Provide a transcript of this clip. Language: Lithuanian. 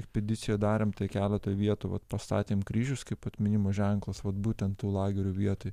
ekspedicijoj darėm tai keletą vietų vat pastatėm kryžius kaip atminimo ženklus vat būtent tų lagerių vietoj